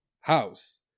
house